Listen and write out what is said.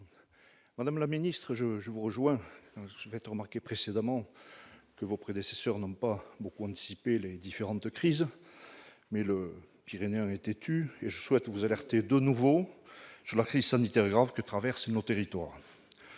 de la santé. Je vous rejoins, madame la ministre, pour constater que vos prédécesseurs n'ont pas beaucoup anticipé les différentes crises. Mais, le Pyrénéen étant têtu, je souhaite vous alerter de nouveau sur la crise sanitaire grave que traversent nos territoires.